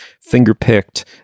finger-picked